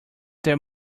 that